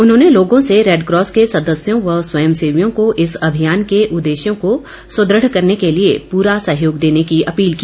उन्होंने लोगों से रेडक्रॉस के सदस्यों व स्वयंसेवियों को इस अभियान के उद्देश्यों को सुदृढ़ करने के लिए पूरा सहयोग देने की अपील की